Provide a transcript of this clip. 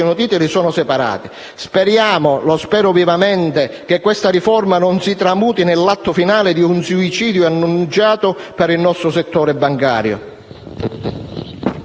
titoli) sono separate. Speriamo - lo spero vivamente - che questa riforma non si tramuti nell'atto finale di un suicidio annunciato per il nostro settore bancario.